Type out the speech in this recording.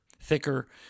thicker